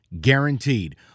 guaranteed